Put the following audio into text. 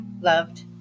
Loved